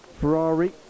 Ferrari